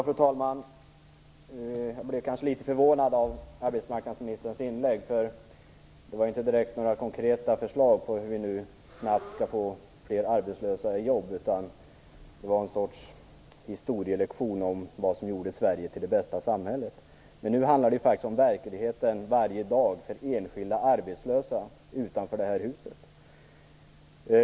Fru talman! Jag blev litet förvånad över arbetsmarknadsministerns inlägg. Det innehöll ju inte direkt några konkreta förslag på hur vi snabbt skall få fler arbetslösa i jobb, utan det var någon sorts historielektion om vad som gjorde Sverige till det bästa samhället. Men nu handlar det ju faktiskt om verkligheten varje dag för enskilda arbetslösa utanför detta hus.